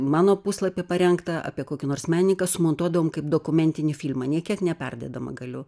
mano puslapį parengtą apie kokį nors menininką sumontuodavom kaip dokumentinį filmą nė kiek neperdėdama galiu